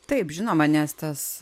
taip žinoma nes tas